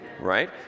right